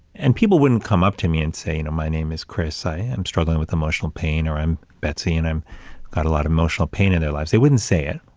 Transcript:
and people wouldn't come up to me and say, you know, my name is chris, i am struggling with emotional pain, or i'm betsy and i'm got a lot of emotional pain in their lives. they wouldn't say it.